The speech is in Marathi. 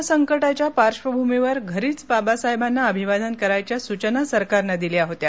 कोरोना संकटाच्या पार्धभूमीवर घरीच बाबासाहेबांना अभिवादन करायच्या सूचना सरकारनं दिल्या होत्या